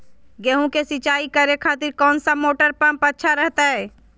गेहूं के सिंचाई करे खातिर कौन सा मोटर पंप अच्छा रहतय?